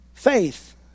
Faith